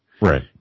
Right